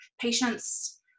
patients